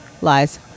Lies